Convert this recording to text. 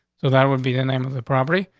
so that would be the name of the property.